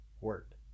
Word